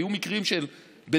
היו מקרים שבדיעבד,